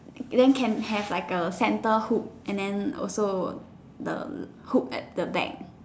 then can have like a centre hook and then also the hook at the back